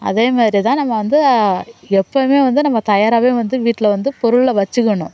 அதேமாரிதான் நம்ம வந்து எப்பவுமே வந்து நம்ம தயாராகவே வந்து வீட்டில வந்து பொருளை வச்சுக்கணும்